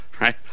Right